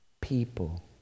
people